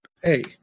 Hey